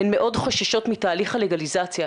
הן מאוד חוששות מתהליך הלגליזציה,